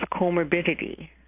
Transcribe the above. comorbidity